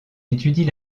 étudie